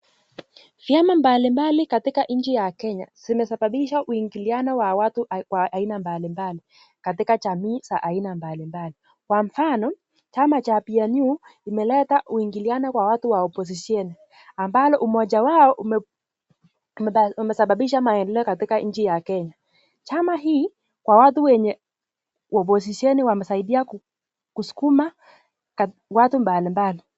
Vyama mbalimbali katika nchi ya Kenya zimesababisha uingiliano wa watu wa aina mbalimbali katika jamii za aina mbalimbali. Kwa mfano, chama cha PNU imeleta uingiliano kwa watu wa opposition ambalo umoja wao umesababisha maendeleo katika nchi ya Kenya. Chama hii kwa watu wenye opposition humsaidia kusukuma watu mbalimbali.